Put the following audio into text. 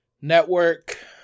Network